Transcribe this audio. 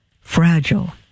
fragile